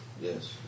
Yes